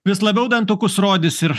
vis labiau dantukus rodys ir